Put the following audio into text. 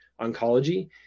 oncology